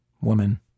woman